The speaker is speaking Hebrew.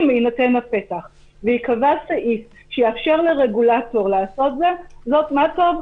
אם יינתן הפתח וייקבע סעיף שיאפשר לרגולטור לעשות --- מה טוב.